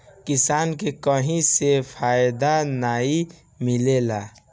किसान के कहीं से फायदा नाइ मिलेला